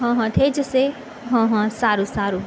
હા હા થઈ જશે હા હા સારું સારું